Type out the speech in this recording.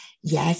Yes